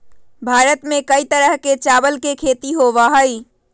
भारत में कई तरह के चावल के खेती होबा हई